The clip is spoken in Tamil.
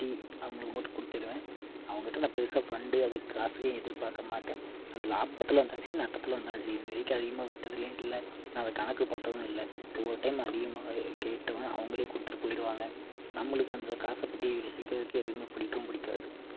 குட்டி அவங்களுக்கு மட்டும் கொடுத்துருவேன் அவங்கிட்ட நான் பெருசாக ஃபண்டு அதுக்கு காசையும் எதிர்பார்க்க மாட்டேன் அது லாபத்தில் வந்தாலும் சரி நட்டத்தில் வந்தாலும் சரி இது வரைக்கும் அதிகமாக விட்டதுலேயும் இல்லை நான் அதை கணக்கு பார்த்ததும் இல்லை ஒவ்வொரு டைம் அதிகமாகவே கேட்டோடனே அவங்களே கொடுத்துரு போயிடுவாங்க நம்மளுக்கு அந்த காசை பற்றி யோசிக்கிறதுக்கு எதுவுமே பிடிக்கவும் பிடிக்காது